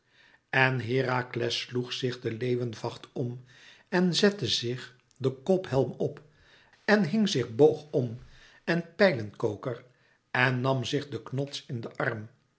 en herakles sloeg zich den leeuwenvacht om en zette zich den kophelm op en hing zich boog om en pijlenkoker en nam zich den knots in den arm